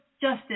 justice